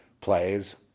plays